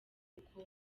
uko